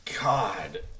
God